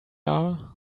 are